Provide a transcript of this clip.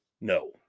No